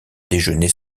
déjeuner